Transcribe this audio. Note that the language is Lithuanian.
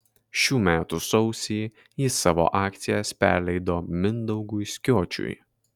šių metų sausį ji savo akcijas perleido mindaugui skiočiui